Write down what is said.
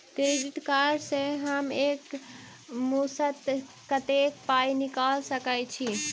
Debit card सँ हम एक मुस्त कत्तेक पाई निकाल सकय छी?